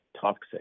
toxic